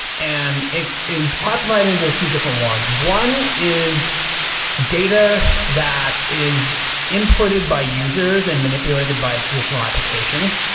and it is classified into a few different ones. one is data that is inputted by users and manipulated by a traditional application.